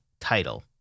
title